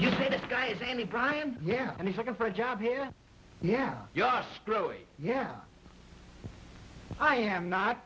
you say this guy is any brian and he's looking for a job here yeah just really yeah i am not